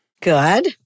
Good